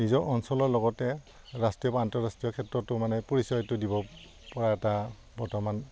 নিজৰ অঞ্চলৰ লগতে ৰাষ্ট্ৰীয় বা আন্তঃৰাষ্ট্ৰীয় ক্ষেত্ৰতো মানে পৰিচয়টো দিব পৰা এটা বৰ্তমান